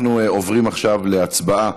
אנחנו עוברים עכשיו להצבעה